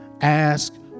ask